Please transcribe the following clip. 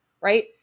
Right